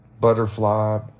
butterfly